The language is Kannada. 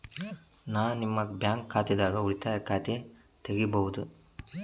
ನಾ ನಿಮ್ಮ ಬ್ಯಾಂಕ್ ದಾಗ ಉಳಿತಾಯ ಖಾತೆ ತೆಗಿಬಹುದ?